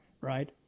right